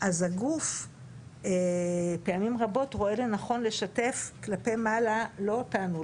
אז הגוף פעמים רבות רואה לנכון לשתף כלפי מעלה לא אותנו,